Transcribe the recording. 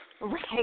right